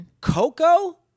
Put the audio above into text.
Coco